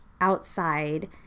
outside